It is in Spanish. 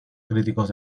críticos